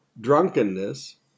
drunkenness